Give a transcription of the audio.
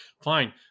fine